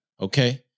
okay